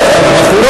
לא